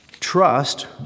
trust